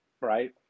right